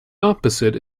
opposite